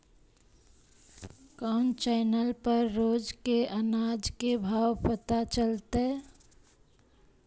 कोन चैनल पर रोज के अनाज के भाव पता चलतै?